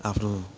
आफ्नो